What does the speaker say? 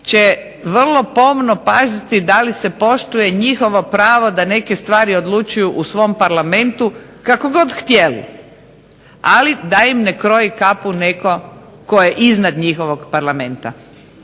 će vrlo pomno paziti da li se poštuje njihovo pravo da neke stvari odlučuju u svom Parlamentu kako god htjeli, ali da im ne kroji kapu netko tko je iznad njihovog Parlamenta.